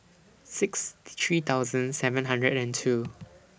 sixty three thousand seven hundred and two